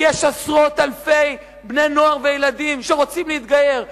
כי יש עשרות אלפי בני-נוער וילדים שרוצים להתגייר,